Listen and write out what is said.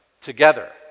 together